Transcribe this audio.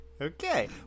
Okay